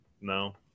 No